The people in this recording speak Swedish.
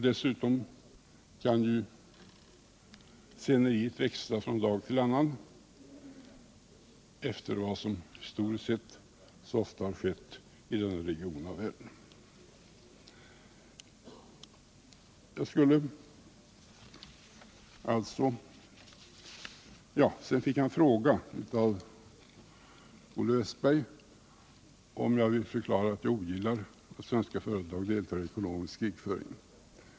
Dessutom kan ju sceneriet växla från dag till annan efter vad som historiskt sett så ofta har skett i denna region av världen. Olle Wästberg frågade om jag vill förklara att jag ogillar att svenska företag deltar i ekonomisk krigföring.